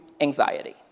anxiety